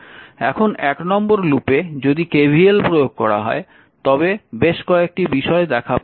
এখন 1 নম্বর লুপে যদি KVL প্রয়োগ করা হয় তবে বেশ কয়েকটি বিষয় দেখা প্রয়োজন